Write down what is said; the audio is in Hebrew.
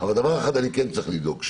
אבל לדבר אחד אני כן צריך לדאוג,